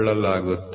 000 0